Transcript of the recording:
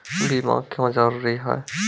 बीमा क्यों जरूरी हैं?